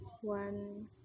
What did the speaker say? one